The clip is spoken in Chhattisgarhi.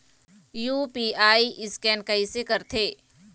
यू.पी.आई स्कैन कइसे करथे?